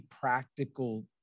practical